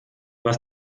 was